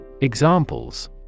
Examples